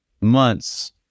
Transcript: months